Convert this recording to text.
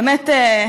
באמת,